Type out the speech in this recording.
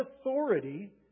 authority